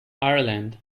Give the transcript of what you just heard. ireland